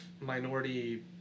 minority